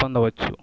పొందవచ్చు